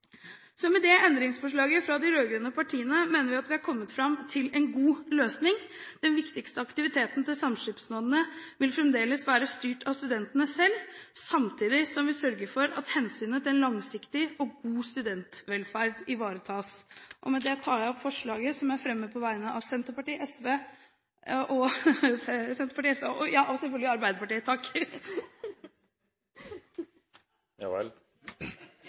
studentboliger. Med det endringsforslaget fra de rød-grønne partiene mener vi at vi er kommet fram til en god løsning. Den viktigste aktiviteten til samskipnadene vil fremdeles være styrt av studentene selv, samtidig som vi sørger for at hensynet til en langsiktig og god studentvelferd ivaretas. Med dette tar jeg opp forslaget fra Senterpartiet, SV og